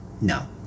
no